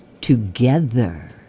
together